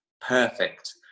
perfect